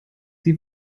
sie